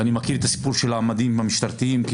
ואני מכיר את הסיפור של המדים משטרתיים כי